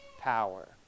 power